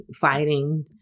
fighting